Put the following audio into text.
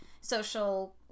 social